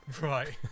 right